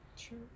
True